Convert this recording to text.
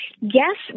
Yes